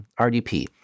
RDP